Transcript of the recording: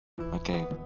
Okay